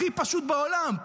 הכי פשוט בעולם.